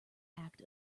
act